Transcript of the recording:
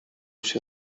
się